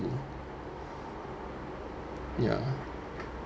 ya